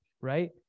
right